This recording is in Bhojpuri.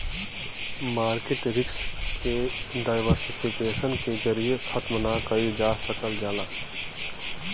मार्किट रिस्क के डायवर्सिफिकेशन के जरिये खत्म ना कइल जा सकल जाला